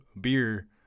beer